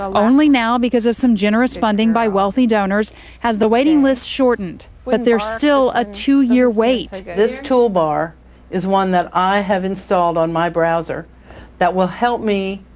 only now because of some generous funding by wealthy donors has the waiting list shortened. but there's still a two-year wait. this toolbar is one that i have installed on my browser that will help me